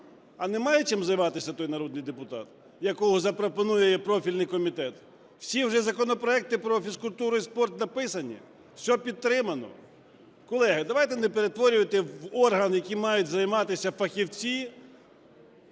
А не має чим займатися той народний депутат, якого запропонує профільний комітет? Всі вже законопроекти про фізкультуру і спорт написані, все підтримано? Колеги, давайте не перетворювати в орган, яким мають займатися фахівці…